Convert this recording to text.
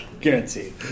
Guaranteed